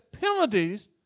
penalties